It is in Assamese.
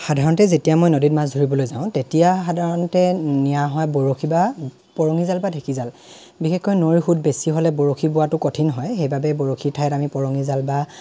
সাধাৰণতে যেতিয়া মই নদীত মাছ ধৰিবলৈ যাওঁ তেতিয়া সাধাৰণতে নিয়া হয় বৰশী বা পৰঙি জাল বা ঢেঁকী জাল বিশেষকৈ নৈৰ সুত বেছি হ'লে বৰশী বোৱাটো কঠিন হয় সেইবাবে বৰশী ঠাইত আমি পৰঙি জাল বা